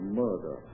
murder